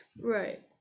Right